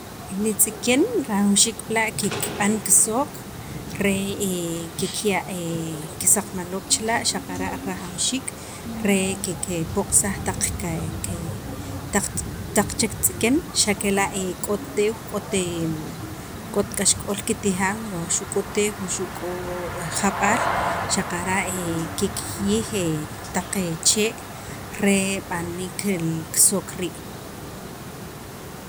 li tz'iken rajawxiik b'la' kikb'an kisook re kikya' kisaqmaloob' chila' xaqara' rajawxiik re kikpoq'saj taq qe taq chek tz'iken, xa' kela' k'ot teew, k'ot k'axk'ool kiktijan, wa xu' k'o teew, wa xu' k'o jab'aal xaqara' kekjiyij taq che re rib'aniik taq kisook rii'.